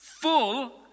Full